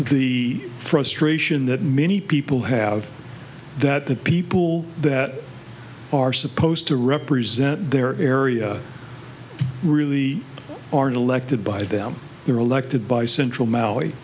the frustration that many people have that the people that are supposed to represent their area really aren't elected by them they're elected by central